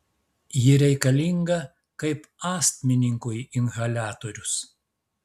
ji reikalinga kaip astmininkui inhaliatorius